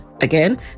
Again